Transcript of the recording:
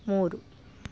ಮೂರು